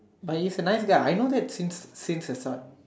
but he's a nice guy I know that since since the start